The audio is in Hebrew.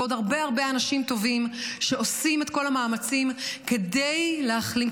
ועוד הרבה הרבה אנשים טובים שעושים את כל המאמצים כדי להחלים,